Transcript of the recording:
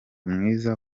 mwiza